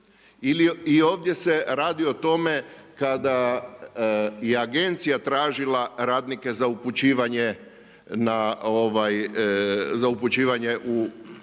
I ovdje se radi o tome kada je agencija tražila radnike za upućivanje u zemlju